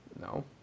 No